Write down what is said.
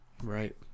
Right